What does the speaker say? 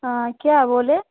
हाँ क्या बोलो